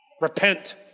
Repent